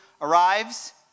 arrives